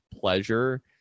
pleasure